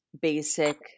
basic